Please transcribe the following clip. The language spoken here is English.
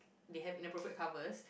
they have inappropriate covers